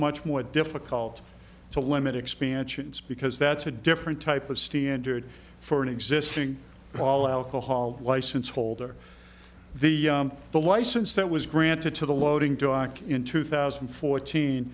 much more difficult to limit expansions because that's a different type of standard for an existing call alcohol license holder the the license that was granted to the loading dock in two thousand and fourteen